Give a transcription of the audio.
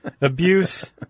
abuse